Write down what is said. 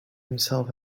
himself